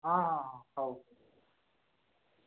ହଁ ହଁ ହଁ ହେଉ